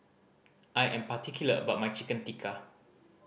I am particular about my Chicken Tikka